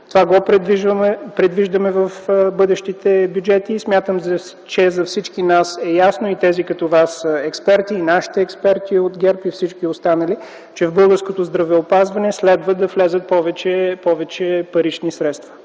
Това го предвиждаме в бъдещите бюджети. Смятам, че за всички нас е ясно и за тези като Вас – експерти, и за нашите експерти от ГЕРБ, и за всички останали, че в българското здравеопазване следва да влязат повече парични средства.